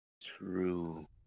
true